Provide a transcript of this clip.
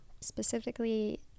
Specifically